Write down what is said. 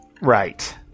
Right